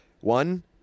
One